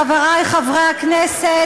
חברי חברי הכנסת,